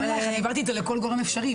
העברתי את זה לכל גורם אפשרי.